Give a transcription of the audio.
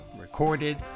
recorded